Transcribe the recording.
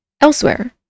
Elsewhere